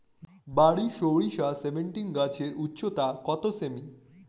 বারি সরিষা সেভেনটিন গাছের উচ্চতা কত সেমি?